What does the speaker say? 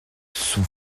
son